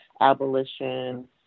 abolition